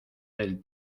del